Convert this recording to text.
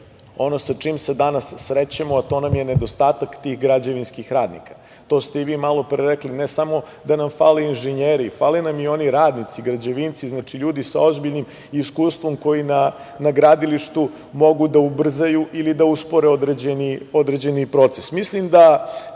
ono sa čime se danas srećemo, a to nam je nedostatak tih građevinskih radnika. To ste i vi malopre rekli, ne samo da nam fale inženjeri, fale nam i oni radnici, građevinci, znači ljudi sa ozbiljnim iskustvom koji na gradilištu mogu da ubrzaju ili da uspore određeni proces. Mislim da